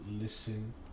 listen